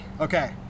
Okay